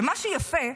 ומה שיפה,